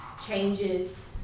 changes